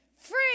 free